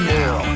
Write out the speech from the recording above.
now